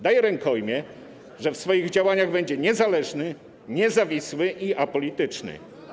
Daje rękojmię, że w swoich działaniach będzie niezależny, niezawisły i apolityczny.